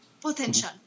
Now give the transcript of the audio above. potential